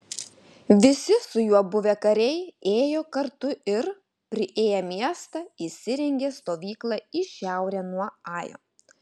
visi su juo buvę kariai ėjo kartu ir priėję miestą įsirengė stovyklą į šiaurę nuo ajo